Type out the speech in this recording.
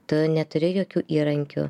tu neturi jokių įrankių